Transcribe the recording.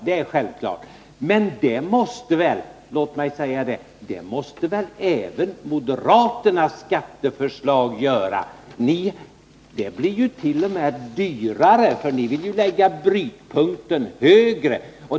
Men — låt mig säga det — även moderaternas skatteförslag måste väl betalas. Det blir ju t.o.m. dyrare, för ni vill lägga brytpunkten högre.